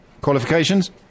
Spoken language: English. Qualifications